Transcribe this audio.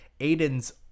aiden's